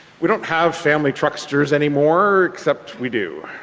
we don't have family trucksters anymore, except we do.